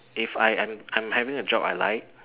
if I I'm I'm having a job I like